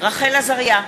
רחל עזריה,